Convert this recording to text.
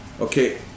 Okay